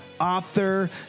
author